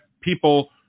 people